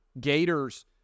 Gators